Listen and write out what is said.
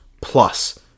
plus